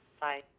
Bye